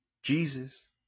jesus